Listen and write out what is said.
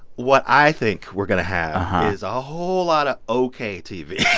what i think we're going to have is a whole lot of ok tv